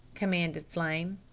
commanded flame.